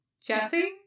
Jesse